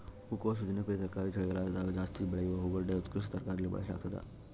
ಹೂಕೋಸು ಜನಪ್ರಿಯ ತರಕಾರಿ ಚಳಿಗಾಲದಗಜಾಸ್ತಿ ಬೆಳೆಯುವ ಹೂಗಡ್ಡೆ ಉತ್ಕೃಷ್ಟ ತರಕಾರಿಯಲ್ಲಿ ಬಳಸಲಾಗ್ತದ